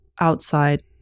outside